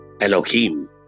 Elohim